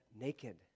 naked